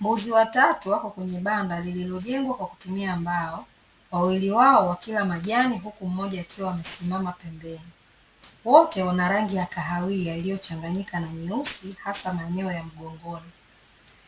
Mbuzi watatu wako kwenye banda lililojengwa kwa kutumia mbao, wawili wao wakila majani huku mmoja akiwa amesimama pembeni. Wote wana rangi ya kahawia iliyochanganyika na nyeusi hasa manyoya mgongoni.